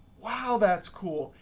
wow, that's cool.